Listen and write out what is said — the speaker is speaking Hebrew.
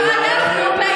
גם אנחנו,